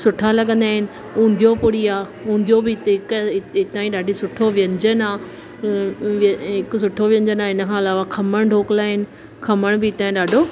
सुठा लॻंदा आहिनि उंधियो पूड़ी आहे उंधियो बि हितां ई सुठो व्यंजन आहे हिकु सुठो व्यंजन आहे इन खां अलावा खमण ढोकला आहिनि खमण बि हितां जा ॾाढो